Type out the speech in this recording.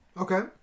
Okay